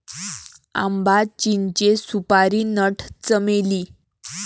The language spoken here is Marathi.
आंबा, चिंचे, सुपारी नट, चमेली